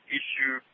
issue